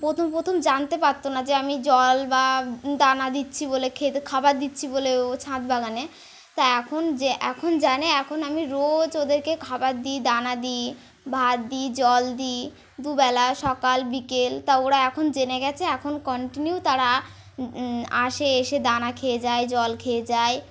প্রথম প্রথম জানতে পারতো না যে আমি জল বা দানা দিচ্ছি বলে খেতে খাবার দিচ্ছি বলে ও ছাদ বাগানে তা এখন যে এখন জানে এখন আমি রোজ ওদেরকে খাবার দিই দানা দিই ভাত দিই জল দিই দুবেলা সকাল বিকেল তা ওরা এখন জেনে গেছে এখন কন্টিনিউ তারা আসে এসে দানা খেয়ে যায় জল খেয়ে যায়